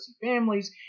families